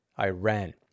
Iran